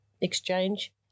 exchange